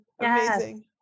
Amazing